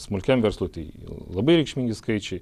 smulkiam verslui tai labai reikšmingi skaičiai